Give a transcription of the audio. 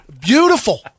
Beautiful